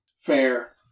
fair